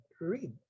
read